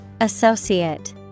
Associate